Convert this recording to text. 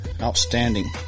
Outstanding